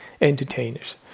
entertainers